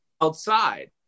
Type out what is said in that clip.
outside